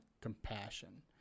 compassion